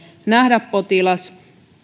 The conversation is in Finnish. nähdä potilas